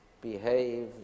behave